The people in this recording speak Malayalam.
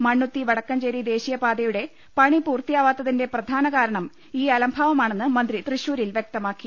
മണ്ണൂത്തി വടക്കഞ്ചേരി ദേശീയപാതയുടെ പണി പൂർത്തിയാ വാത്തതിന്റെ പ്രധാന കാരണം ഈ അലംഭാവമാണെന്ന് മന്ത്രി തൃശൂരിൽ വ്യക്തമാക്കി